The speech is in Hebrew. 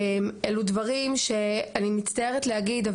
אלו דברים שאני מצטערת להגיד,